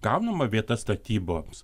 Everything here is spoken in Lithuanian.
gaunama vieta statyboms